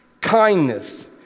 kindness